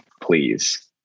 please